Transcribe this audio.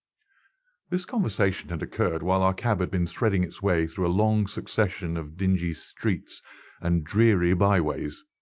this conversation had occurred while our cab had been threading its way through a long succession of dingy streets and dreary by-ways.